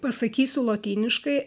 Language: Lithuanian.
pasakysiu lotyniškai